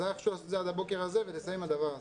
אז היה חשוב לעשות הבוקר הזה ולסיים עם הדבר הזה.